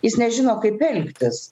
jis nežino kaip elgtis